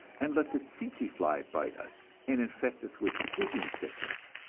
and let the tsetse fly bite us, and infect us with sleeping sickness.